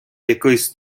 якоїсь